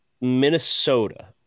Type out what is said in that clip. Minnesota